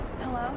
Hello